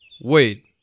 Wait